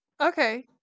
okay